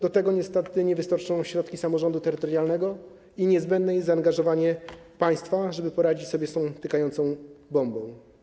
Do tego niestety nie wystarczą nam środki samorządu terytorialnego i niezbędne jest zaangażowanie państwa, żeby poradzić sobie z tą tykającą bombą.